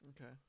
Okay